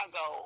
go